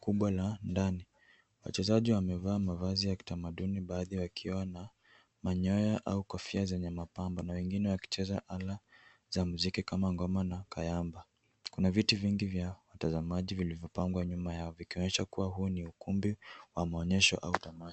kubwa la ndani. Wachezaji wamevaa mavazi ya kitamaduni baadhi wakiwa na manyoya au kofia zenye mapambo na wengine wakicheza ala za muziki kama ngoma na kayamba. Kuna viti vingi vya watazamaji vilivyopangwa nyuma yao vikionyesha kuwa huu ni ukumbi wa maonyesho au tamasha.